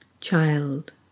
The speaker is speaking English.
Child